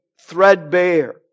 threadbare